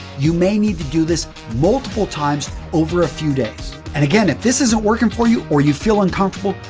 you may need to do this multiple times over a few days. and, again, if this isn't working for you or you feel uncomfortable,